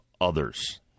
others